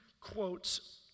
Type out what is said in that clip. quotes